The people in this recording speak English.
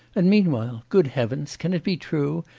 and meanwhile, good heavens, can it be true,